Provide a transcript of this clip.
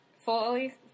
fully